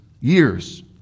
Years